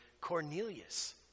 Cornelius